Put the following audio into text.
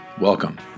welcome